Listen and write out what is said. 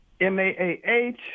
MAAH